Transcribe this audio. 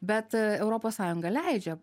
bet europos sąjunga leidžia